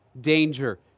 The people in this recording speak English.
danger